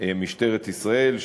משטרת ישראל,